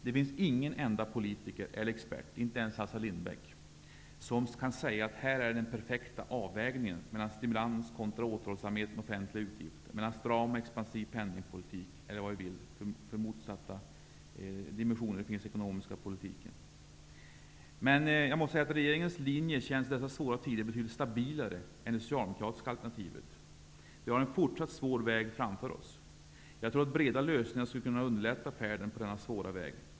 Det finns ingen enda politiker eller expert, inte ens Assar Lindbeck, som kan säga att här är den perfekta avvägningen mellan stimulans kontra återhållsamhet med offentliga utgiter, mellan stram och expansiv penningpolitik, eller vilka motsatta dimensioner som nu finns i den ekonomiska politiken. Men regeringens linje känns i dessa svåra tider betydligt stabilare än det socialdemokratiska alternativet. Vi har en fortsatt svår väg framför oss. Jag tror att breda lösningar skulle kunna underlätta färden på denna svåra väg.